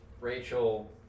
Rachel